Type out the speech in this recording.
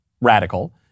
radical